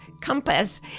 compass